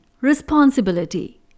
Responsibility